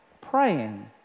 praying